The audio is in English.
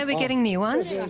ah but getting new ones?